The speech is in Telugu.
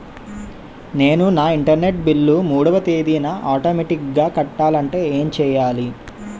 నేను నా ఇంటర్నెట్ బిల్ మూడవ తేదీన ఆటోమేటిగ్గా కట్టాలంటే ఏం చేయాలి?